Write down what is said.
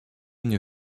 nie